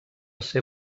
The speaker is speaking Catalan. ser